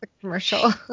commercial